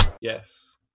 Yes